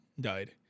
died